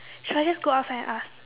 should I just go outside and ask